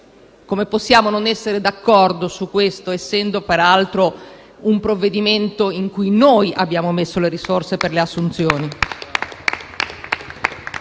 come possiamo non essere d'accordo su questo, essendo peraltro un provvedimento per cui noi abbiamo messo le risorse per le assunzioni?